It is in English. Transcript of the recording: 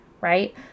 right